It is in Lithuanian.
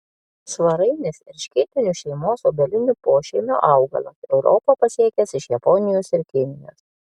svarainis erškėtinių šeimos obelinių pošeimio augalas europą pasiekęs iš japonijos ir kinijos